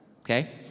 okay